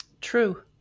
True